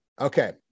Okay